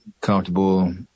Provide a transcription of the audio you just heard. comfortable